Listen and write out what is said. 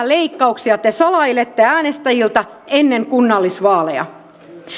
leikkauksia te salailette äänestäjiltä ennen kunnallisvaaleja